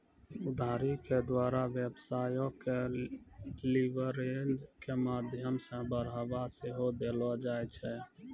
उधारी के द्वारा व्यवसायो के लीवरेज के माध्यमो से बढ़ाबा सेहो देलो जाय छै